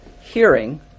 hearing